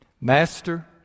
Master